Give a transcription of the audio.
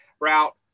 route